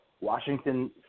Washington